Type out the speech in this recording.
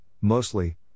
mostly